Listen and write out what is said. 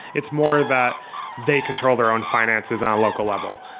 it's more that they control their own finances on a local level.